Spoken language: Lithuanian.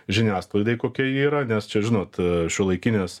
žiniasklaidai kokia ji yra nes čia žinot šiuolaikinės